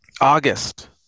August